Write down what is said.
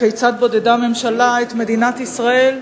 כיצד בודדה הממשלה את מדינת ישראל.